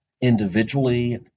individually